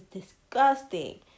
disgusting